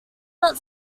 not